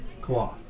cloth